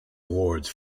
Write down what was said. awards